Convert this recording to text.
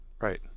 Right